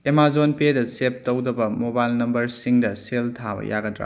Amazon ꯄꯦꯗ ꯁꯦꯕ ꯇꯧꯗꯕ ꯃꯣꯕꯥꯏꯜ ꯅꯝꯕꯔꯁꯤꯡꯗ ꯁꯦꯜ ꯊꯥꯕ ꯌꯥꯒꯗ꯭ꯔꯥ